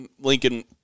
Lincoln